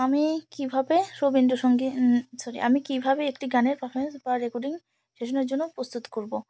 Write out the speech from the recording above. আমি কীভাবে রবীন্দ্রসঙ্গী সরি আমি কীভাবে একটি গানের পারফমেন্স বা রেকর্ডিং স্টেশনের জন্য প্রস্তুত করবো